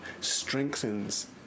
strengthens